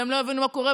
והם לא הבינו מה קורה,